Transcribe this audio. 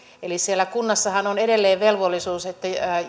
eli siellä kunnassahan on edelleen velvollisuus että